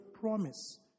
promise